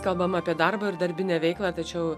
kalbam apie darbo ir darbinę veiklą tačiau